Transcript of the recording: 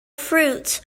fruits